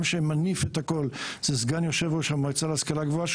שמניף את הכול זה סגן יו"ר המועצה להשכלה גבוהה,